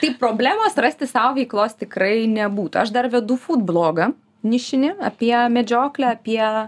tai problemos rasti sau veiklos tikrai nebūtų aš dar vedu fūd blogą nišinį apie medžioklę apie